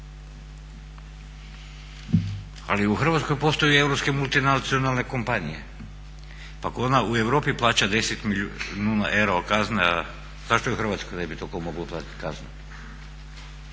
ali u Hrvatskoj postoje europske multinacionalne kompanije … u Europi plaća 10 milijuna eura kazne, a zašto … Hrvatskoj ne bi tolko moglo platit kaznu.